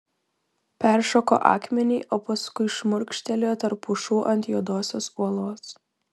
peršoko akmenį o paskui šmurkštelėjo tarp pušų ant juodosios uolos